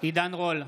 עידן רול,